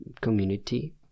community